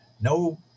no